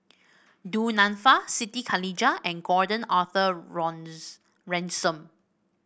Du Nanfa Siti Khalijah and Gordon Arthur Ransome